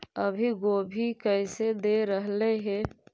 अभी गोभी कैसे दे रहलई हे?